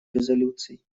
резолюций